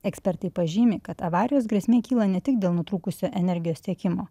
ekspertai pažymi kad avarijos grėsmė kyla ne tik dėl nutrūkusio energijos tiekimo